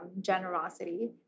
generosity